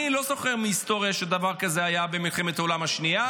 אני לא זוכר מההיסטוריה שדבר כזה היה במלחמת העולם השנייה.